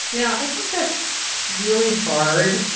yeah, i think that's really hard.